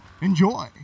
Enjoy